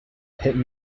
hit